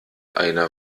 einer